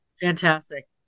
Fantastic